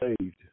saved